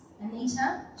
Anita